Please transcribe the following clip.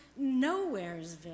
nowheresville